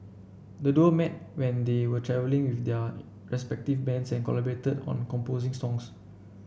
the duo met when they were travelling with their respective bands and collaborated on composing songs